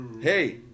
hey